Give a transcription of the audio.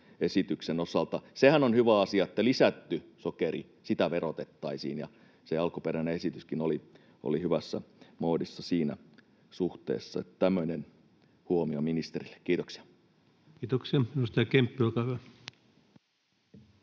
esityksen osalta. Sehän on hyvä asia, että lisättyä sokeria verotettaisiin, ja se alkuperäinen esityskin oli hyvässä moodissa siinä suhteessa. Tämmöinen huomio ministerille. — Kiitoksia. [Speech 160] Speaker: